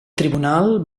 tribunal